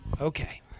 Okay